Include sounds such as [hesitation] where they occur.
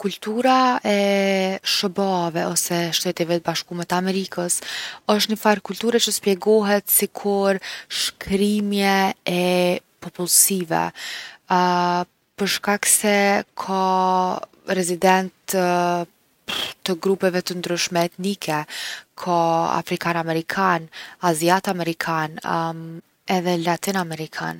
Kultura e SHBA-ve ose Shteteve t’Bashkume t’Amerikës osht nifar kulture që spjegohet sikur shkrimje e popullsive. [hesitation] për shkak se ka rezidentë të [hesitation] [noise] të grupeve të ndryshme etnike. Ka Afrikan Amerikan, Aziatë Amerikan [hesitation] edhe Latin Amerikan.